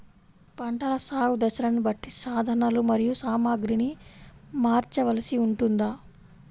పంటల సాగు దశలను బట్టి సాధనలు మరియు సామాగ్రిని మార్చవలసి ఉంటుందా?